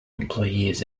employees